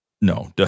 No